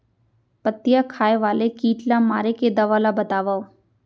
पत्तियां खाए वाले किट ला मारे के दवा ला बतावव?